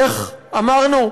איך אמרנו?